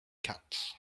cat